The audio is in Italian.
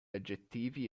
aggettivi